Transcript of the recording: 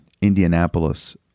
Indianapolis